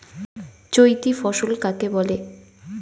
চৈতি ফসল কাকে বলে?